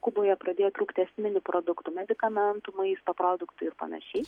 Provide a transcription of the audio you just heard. kuboje pradėjo trūkti esminių produktų medikamentų maisto produktų ir panašiai